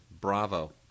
Bravo